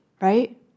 right